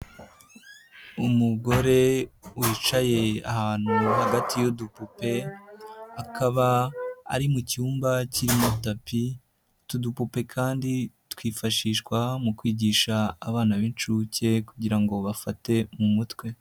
Umugore wicaye ahantu hagati y'udupupe, akaba ari mu cyumba kirimo tapi, utu dupupe kandi twifashishwa mu kwigisha abana b'inshuke kugira ngo bafate mu mutwe.